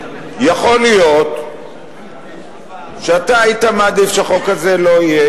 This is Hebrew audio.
יכול להיות שהיית מעדיף שהחוק הזה לא יהיה,